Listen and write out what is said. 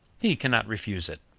he can not refuse it.